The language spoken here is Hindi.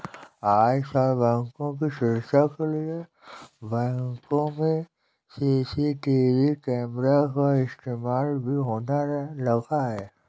आजकल बैंकों की सुरक्षा के लिए बैंकों में सी.सी.टी.वी कैमरा का इस्तेमाल भी होने लगा है